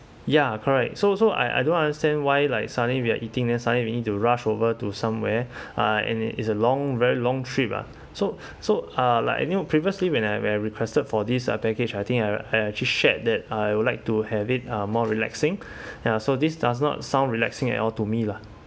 ya correct so so I I don't understand why like suddenly we are eating then suddenly we need to rush over to somewhere uh uh it's a long very long trip uh so so uh like I knew previously when I when I requested for this uh package I think I already shared that I would like to have it uh more relaxing ya so this does not sound relaxing at all to me lah